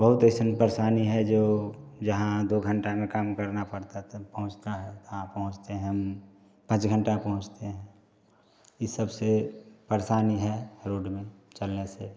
बहुत अइसन परेशानी है जो जहाँ दो घंटा में काम करना पड़ता तब पहुँचना है हाँ पहुँचते हम पाँच घंटा पहुँचते हैं इन सबसे परेशानी है रोड में चलने से